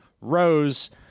Rose